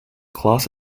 class